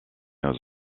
aux